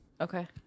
Okay